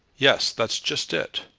yes that's just it.